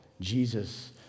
Jesus